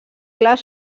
clar